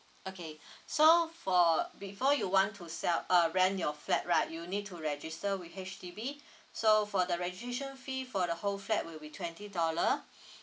okay so for before you want to sell uh rent your flat right you need to register with H_D_B so for the registration fee for the whole fat will be twenty dollar